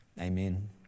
amen